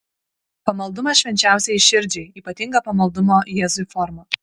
pamaldumas švenčiausiajai širdžiai ypatinga pamaldumo jėzui forma